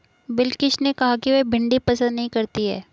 बिलकिश ने कहा कि वह भिंडी पसंद नही करती है